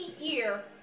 year